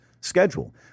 schedule